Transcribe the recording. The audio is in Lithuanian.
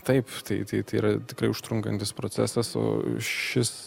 taip tai tai yra tikrai užtrunkantis procesas o šis